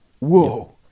Whoa